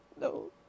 No